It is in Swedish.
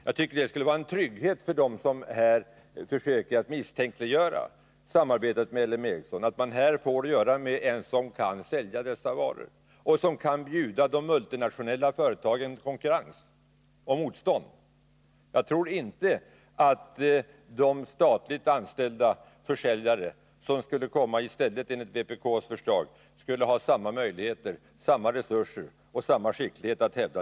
Jag tycker att det skulle vara en trygghet för dem som här försöker misstänkliggöra samarbetet med L M Ericsson att man därigenom får att göra med ett företag som kan sälja varorna och som kan bjuda de multinationella företagen konkurrens och motstånd. Jag tror inte att de statligt anställda försäljare som enligt vpk:s förslag skulle komma i stället skulle ha samma resurser och samma skicklighet.